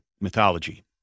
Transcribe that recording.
mythology